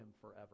forever